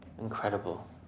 Incredible